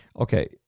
Okay